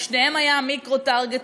ולשניהם היה micro-targeting,